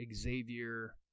Xavier